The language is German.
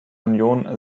union